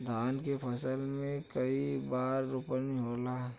धान के फसल मे कई बार रोपनी होला?